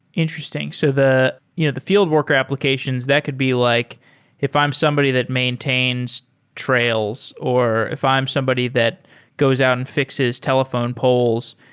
interesting. so the you know the field worker applications, that could be like if i'm somebody that maintains trails or if i'm somebody that goes out and fixes telephone poles,